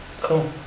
cool